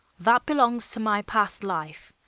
that belongs to my past life,